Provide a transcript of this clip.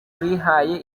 bihaye